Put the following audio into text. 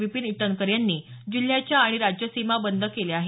विपीन इटनकर यांनी जिल्ह्याच्या आणि राज्य सीमा बंद केल्या आहेत